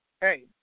hey